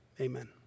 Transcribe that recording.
Amen